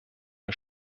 wir